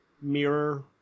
mirror